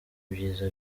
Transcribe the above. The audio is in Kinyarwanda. ibyiza